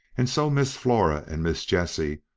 and so miss flora and miss jessie,